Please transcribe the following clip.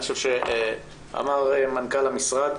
אני חושב שאמר מנכ"ל המשרד,